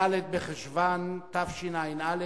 כ"ד בחשוון תשע"א,